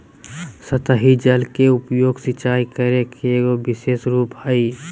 सतही जल के उपयोग, सिंचाई करे के एगो विशेष रूप हइ